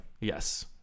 yes